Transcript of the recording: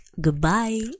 Goodbye